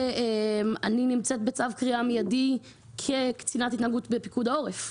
שאני נמצאת בצו קריאה מיידי כקצינת התנהגות בפיקוד העורף.